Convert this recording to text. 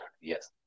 yes